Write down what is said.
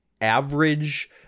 average